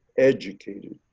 educated,